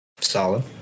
Solid